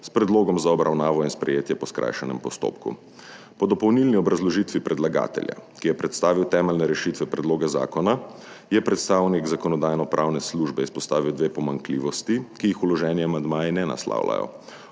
s predlogom za obravnavo in sprejetje po skrajšanem postopku. Po dopolnilni obrazložitvi predlagatelja, ki je predstavil temeljne rešitve predloga zakona, je predstavnik Zakonodajno-pravne službe izpostavil dve pomanjkljivosti, ki jih vloženi amandmaji ne naslavljajo.